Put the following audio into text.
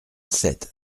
sept